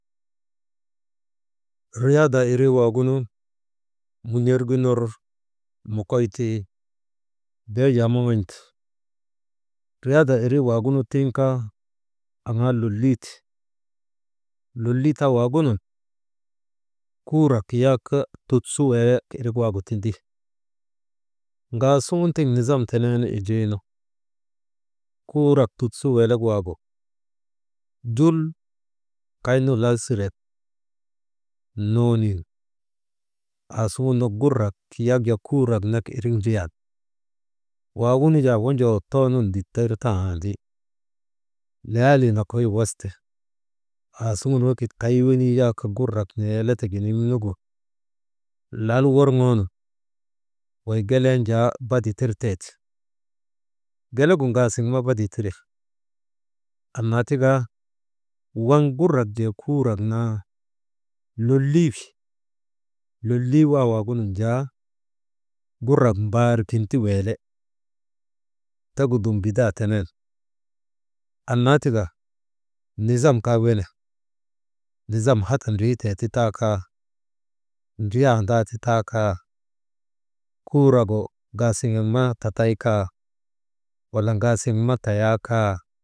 Riyaadaa irii waagunu mun̰ergin ner mokoyti, beejaa moŋon̰ti, riyaadaa irii waagunu tiŋ kaa aŋaa lolii ti, lolii taa waagunun kurak yak tutt su weelek waagu tindi, ŋaasuŋun tiŋ nizam teneenu indrii nu, kurat tut su weelek waagu jul kaynu lal siren, nonin aasugun gurak yak kuurak nak ndriyan, waagu nu jaa wonjoo too nun dittir taandi, layaalii nokoy woste, aasuŋun wekit kay wenii yak gurat neeletek giniŋ nugu lal worŋoonu wey gelen jaa bada tirtee ti gelegu ŋaasiŋ ma badatire, annaa tika waŋ gurak jee kuurak naa lolii wi, lolii waa waagunun jaa gurak mbaar kin ti weele, tegu dum gida tenen, annaa tika nizam kaa wene, nizam hata ndritee ti taa kaa, ndriyandaati taa kaa kuuragu ŋaasiŋen ma tatay kaa wala ŋaasiŋ ma tayaa kaa.